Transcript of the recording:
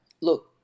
look